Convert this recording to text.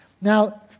Now